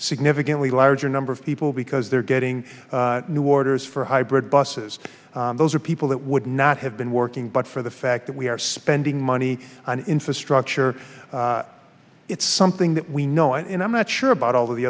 significantly larger number of people because they're getting new orders for hybrid buses those are people that would not have been working but for the fact that we are spending money on infrastructure it's something that we know and i'm not sure about all the